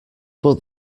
but